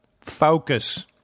focus